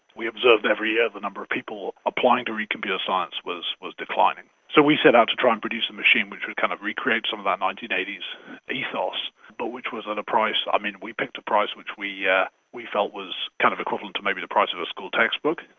we observed every year the number of people applying to read computer science was was declining. so we set out to try and produce a machine which would kind of recreate some of our nineteen eighty s ethos but which was at a price. i mean, we picked a price which we yeah we felt was kind of equivalent to maybe the price of a school textbook.